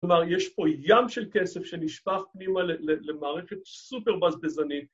‫כלומר, יש פה ים של כסף ‫שנשפך פנימה למערכת סופר בזבזנית.